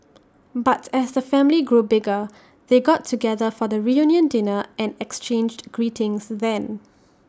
but as the family grew bigger they got together for the reunion dinner and exchanged greetings then